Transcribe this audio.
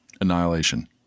Annihilation